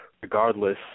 regardless